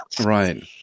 Right